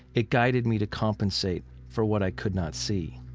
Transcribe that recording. it guided me to compensate for what i could not see